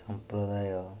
ସମ୍ପ୍ରଦାୟ